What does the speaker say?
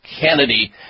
Kennedy